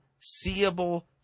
seeable